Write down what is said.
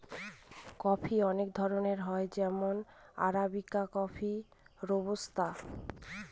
coffee অনেক ধরনের হয় যেমন আরাবিকা কফি, রোবুস্তা